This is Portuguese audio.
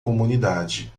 comunidade